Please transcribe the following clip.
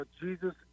Jesus